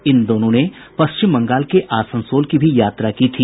इन दोनों ने पश्चिम बंगाल के आसनसोल की भी यात्रा की थी